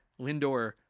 Lindor